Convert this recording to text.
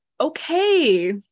Okay